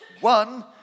One